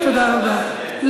ותודה רבה.